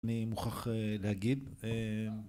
אני מוכרח להגיד